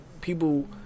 people